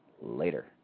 Later